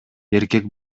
эркек